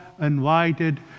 invited